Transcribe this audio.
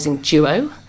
Duo